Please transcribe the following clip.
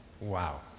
wow